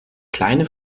kleine